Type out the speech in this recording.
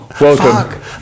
Welcome